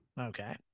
Okay